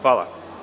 Hvala.